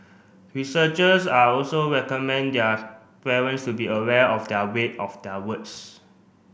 researchers are also recommend their parents to be aware of the weight of their words